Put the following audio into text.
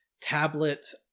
tablets